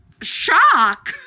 shock